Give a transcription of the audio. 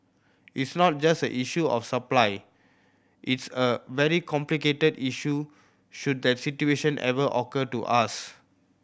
it's not just an issue of supply it's a very complicated issue should that situation ever occur to us